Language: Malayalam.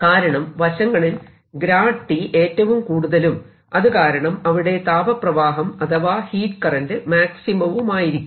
കാരണം വശങ്ങളിൽ T ഏറ്റവും കൂടുതലും അതുകാരണം അവിടെ താപ പ്രവാഹം അഥവാ ഹീറ്റ് കറന്റ് മാക്സിമവുമായിരിക്കും